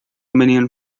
menino